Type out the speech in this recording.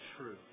true